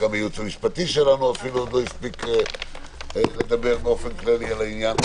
והייעוץ המשפטי שלנו לא הספיק לדבר באופן כללי בעניין.